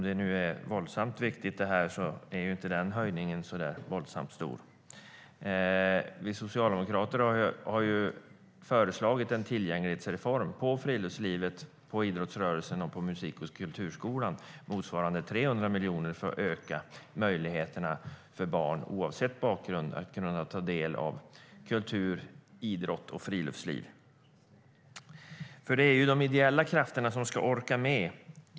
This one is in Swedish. Den höjningen inte våldsamt stor om det här nu är våldsamt viktigt. Vi socialdemokrater har föreslagit en tillgänglighetsreform för friluftslivet, för idrottsrörelsen och för musik och kulturskolan motsvarande 300 miljoner för att öka möjligheterna för barn, oavsett bakgrund, att kunna ta del av kultur, idrott och friluftsliv. Det är nämligen de ideella krafterna som ska orka med.